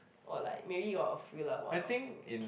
or like maybe got a few lah one or two